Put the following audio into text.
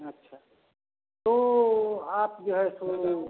अच्छा तो आप जो है सो